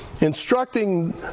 instructing